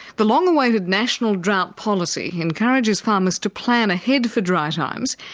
the long-awaited national drought policy encourages farmers to plan ahead for dry times,